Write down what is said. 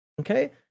okay